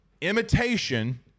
imitation